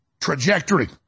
trajectory